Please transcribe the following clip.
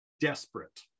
desperate